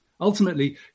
Ultimately